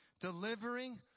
delivering